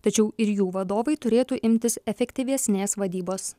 tačiau ir jų vadovai turėtų imtis efektyvesnės vadybos